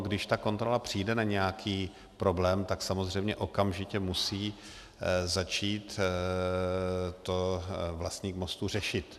Když ta kontrola přijde na nějaký problém, tak to samozřejmě okamžitě musí začít vlastník mostu řešit.